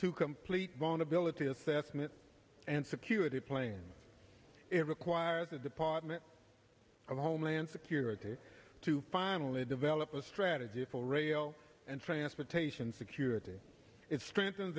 to complete vulnerability assessment and security plans it requires the department of homeland security to finally develop a strategy for rail and transportation security it strengthens